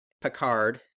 Picard